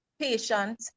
patient